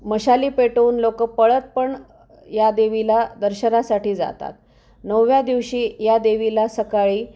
मशाली पेटवून लोक पळत पण या देवीला दर्शनासाठी जातात नवव्या दिवशी या देवीला सकाळी